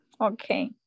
okay